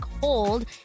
hold